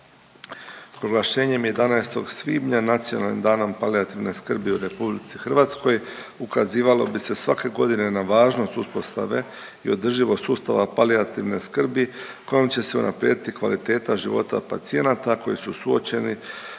Proglašenjem 11. svibnja Nacionalnim danom palijativne skrbi u RH ukazivalo bi se svake godine na važnost uspostave i održivost sustava palijativne skrbi kojom će se unaprijediti kvaliteta života pacijenata koji su suočeni